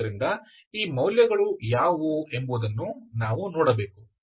ಆದ್ದರಿಂದ ಈ ಮೌಲ್ಯಗಳು ಯಾವುವು ಎಂಬುದನ್ನು ನಾವು ನೋಡಬೇಕು